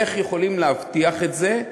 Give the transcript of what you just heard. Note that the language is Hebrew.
איך יכולים להבטיח את זה?